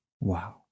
Wow